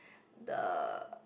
the